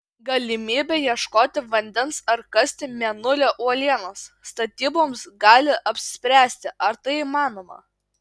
galimybė ieškoti vandens ar kasti mėnulio uolienas statyboms gali apspręsti ar tai įmanoma